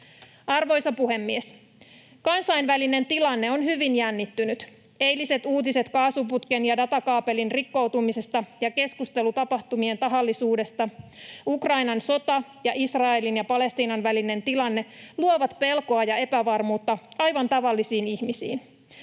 Arvoisa puhemies! Kansainvälinen tilanne on hyvin jännittynyt. Eiliset uutiset kaasuputken ja datakaapelin rikkoutumisesta ja keskustelu tapahtumien tahallisuudesta, Ukrainan sota sekä Israelin ja Palestiinan välinen tilanne luovat pelkoa ja epävarmuutta aivan tavallisiin ihmisiin.